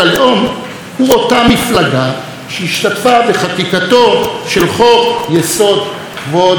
שהשתתפה בחקיקתו של חוק-יסוד: כבוד האדם וחירותו,